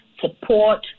support